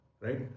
right